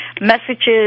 messages